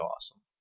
awesome